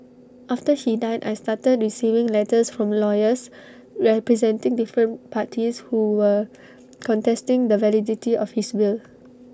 after he died I started receiving letters from lawyers representing different parties who were contesting the validity of his will